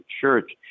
church